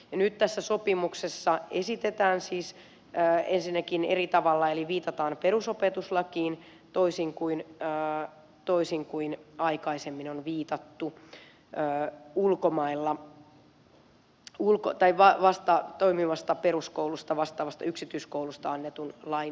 nyt tässä sopimuksessa esitetään siis ensinnäkin eri tavalla eli viitataan perusopetuslakiin toisin kuin aikaisemmin on viitattu ulkomailla toimivasta peruskoulua vastaavasta yksityiskoulusta annettuun lakiin